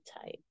type